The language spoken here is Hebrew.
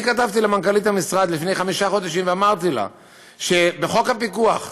אני כתבתי למנכ"לית המשרד לפני חמישה חודשים ואמרתי לה שבחוק הפיקוח,